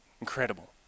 Incredible